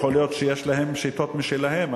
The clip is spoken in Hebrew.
יכול להיות שיש להם שיטות משלהם.